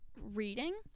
reading